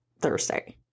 Thursday